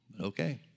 Okay